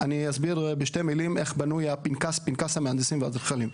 אני אסביר בשתי מילים איך בנוי פנקס המהנדסים והאדריכלים: